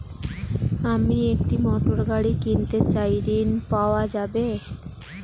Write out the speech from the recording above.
আমি একটি মোটরগাড়ি কিনতে চাই ঝণ পাওয়া যাবে?